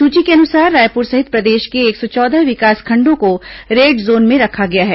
सूची के अनुसार रायपुर सहित प्रदेश के एक सौ चौदह विकासखंडों को रेड जोन में रखा गया है